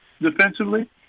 defensively